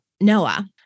Noah